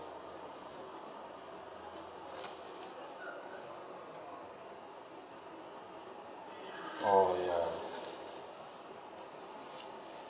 orh ya